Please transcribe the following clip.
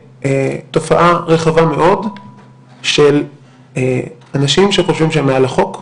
לתופעה רחבה מאוד של אנשים שחושבים שהם מעל החוק,